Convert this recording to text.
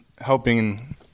helping